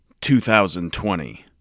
2020